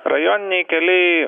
rajoniniai keliai